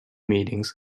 meetings